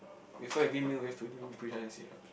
before every meal we have to do push up and sit up